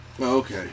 Okay